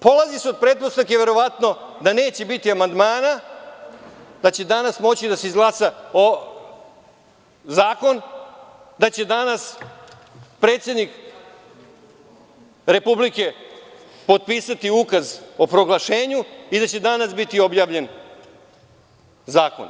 Polazi se od pretpostavke verovatno da neće biti amandmana, da će danas moći da se izglasa zakon, da će danas predsednik Republike potpisati ukaz o proglašenju i da će danas biti objavljen zakon.